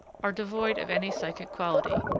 are devoid of any psychic quality,